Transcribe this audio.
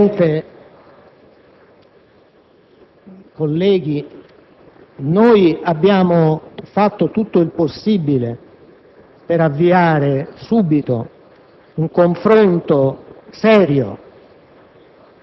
Signor Presidente, onorevoli colleghi, noi abbiamo fatto tutto il possibile